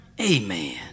amen